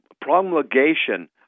promulgation